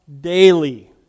daily